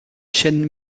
chêne